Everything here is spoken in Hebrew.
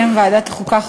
בשם ועדת החוקה,